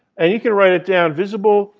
and you can write it down, visible